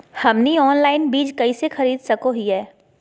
हमनी ऑनलाइन बीज कइसे खरीद सको हीयइ?